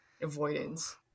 Avoidance